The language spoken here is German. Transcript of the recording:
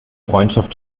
freundschaft